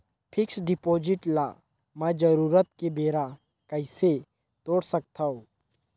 Fixed deposit ल मैं जरूरत के बेरा कइसे तोड़ सकथव?